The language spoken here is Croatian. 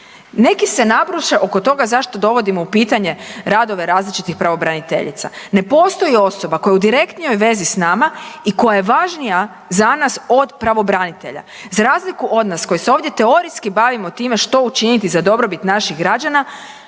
Neki se nabruse oko toga zašto dovodimo u pitanje radove različitih pravobraniteljica. Ne postoji osoba koja je u direktnijoj vezi sa nama i koja je važnija za nas od pravobranitelja. Za razliku od nas koji se ovdje teorijski bavimo time što učiniti za dobrobit naših građana